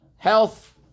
health